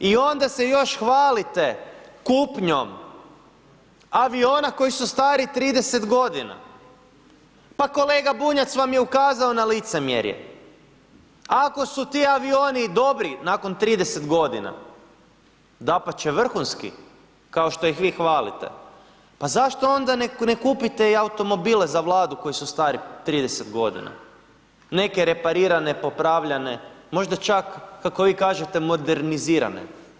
I onda se još hvalite kupnjom aviona koji su stari 30 godina, pa kolega Bunjac vam je ukazao na licemjerje, ako su ti avioni i dobri nakon 30 godina, dapače vrhunski kao što ih vi hvalite, pa zašto onda ne, ne kupite i automobile za Vladu koji su stari 30 godina, neke reparirane, popravljane, možda čak kako vi kažete modernizirane?